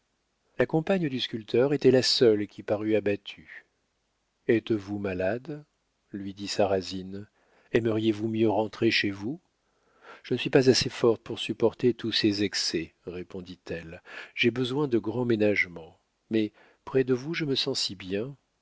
la compagne du sculpteur était la seule qui parût abattue êtes-vous malade lui dit sarrasine aimeriez vous mieux rentrer chez vous je ne suis pas assez forte pour supporter tous ces excès répondit-elle j'ai besoin de grands ménagements mais près de vous je me sens si bien